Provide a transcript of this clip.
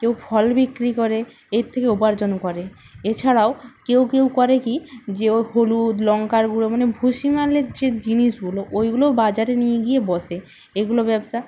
কেউ ফল বিক্রি করে এর থেকে উপার্জন করে এছাড়াও কেউ কেউ করে কী যে ও হলুদ লঙ্কার গুঁড়ো মানে ভুসিমালের যে জিনিসগুলো ওইগুলো বাজারে নিয়ে গিয়ে বসে এগুলো ব্যবসা